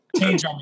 Change